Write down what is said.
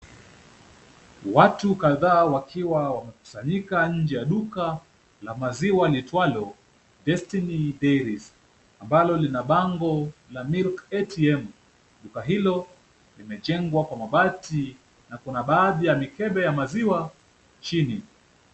Watu kadhaa wakiwa wamekusanyika nje ya duka la maziwa liitwalo Destiny Dairies, ambalo lina bango la milk ATM . Duka hilo limejengwa kwa mabati na kuna baadhi ya mikebe ya maziwa chini.